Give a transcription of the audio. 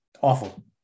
Awful